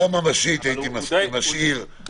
פגיעה ממשית הייתי משאיר.